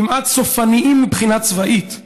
כמעט סופניים מבחינה צבאית,